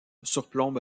surplombe